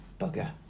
bugger